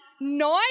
nine